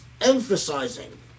emphasizing